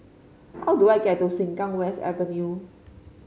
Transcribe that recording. how do I get to Sengkang West Avenue